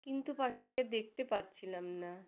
কিন্তু পাখিটাকে দেখতে পাচ্ছিলাম না